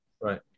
right